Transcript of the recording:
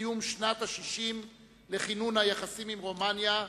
ציון שנת ה-60 לכינון היחסים עם רומניה,